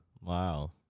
Wow